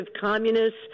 communists